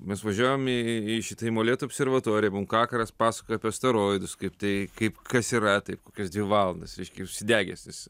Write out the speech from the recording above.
mes važiavom į į į šitą molėtų observatoriją mum kakaras pasakoja apie steroidus kaip tai kaip kas yra taip kokias dvi valandas reiškia užsidegęs jis